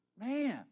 man